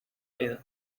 vida